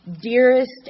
dearest